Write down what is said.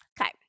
okay